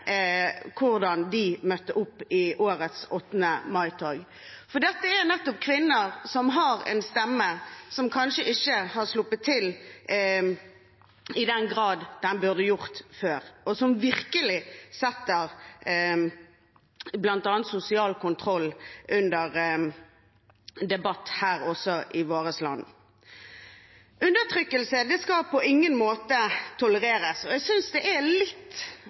hvordan de møtte opp i årets 8. mars-tog. Dette er nettopp kvinner som har en stemme som kanskje ikke har sluppet til i den grad den før burde gjort, og som virkelig setter bl.a. sosial kontroll under debatt også i vårt land. Undertrykkelse skal på ingen måte tolereres. Jeg synes det er litt